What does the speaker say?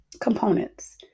components